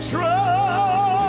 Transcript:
Trust